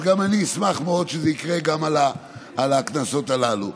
אז גם אני אשמח מאוד שזה יקרה גם עם הקנסות הללו.